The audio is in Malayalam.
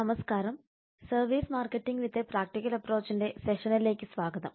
നമസ്കാരം service marketing with a practical അപ്പ്രോച്ചിന്റെ സെഷനിലേക്ക് സ്വാഗതം